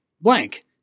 blank